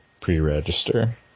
pre-register